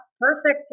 perfect